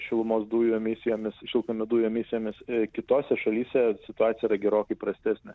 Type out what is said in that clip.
šilumos dujų emisijomis šiltnamio dujų emisijomis kitose šalyse situacija yra gerokai prastesnė